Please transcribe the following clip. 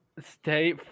Stay